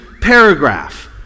paragraph